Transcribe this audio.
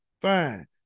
fine